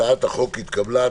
הצעת החוק התקבלה.